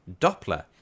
Doppler